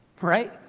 right